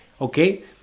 Okay